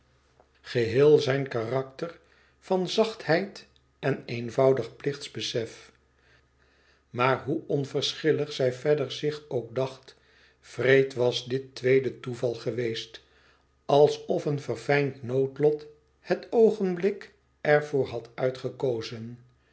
geheel zijn karakter van zachtheid en eenvoudig plichtsbesef maar hoe onverschillig zij verder zich ook dacht wreed was dit tweede toeval geweest alsof een verfijnd noodlot het oogenblik er voor had uitgekozen